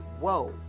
whoa